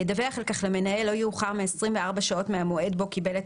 ידווח על כך למנהל לא יאוחר מ-24 שעות מהמועד בו קיבל את